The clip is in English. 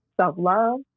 Self-love